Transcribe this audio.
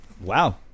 Wow